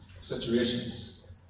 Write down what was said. situations